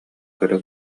көрө